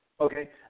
Okay